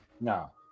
No